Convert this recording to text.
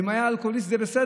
ואם היה אלכוהוליסט זה בסדר,